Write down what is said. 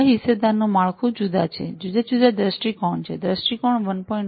આ હિસ્સેદારોનું માળખું જુદા છે જુદા જુદા દ્રષ્ટિકોણ છે દૃષ્ટિકોણ 1